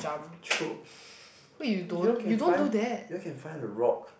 true you all can find you all can find a rock